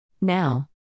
now